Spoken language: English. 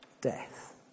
death